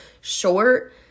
short